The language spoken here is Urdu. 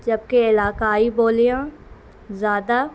جبکہ علاقائی بولیاں زیادہ